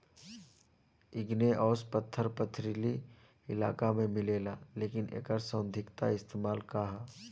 Igneous पत्थर पथरीली इलाका में मिलेला लेकिन एकर सैद्धांतिक इस्तेमाल का ह?